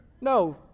No